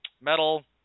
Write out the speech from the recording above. metal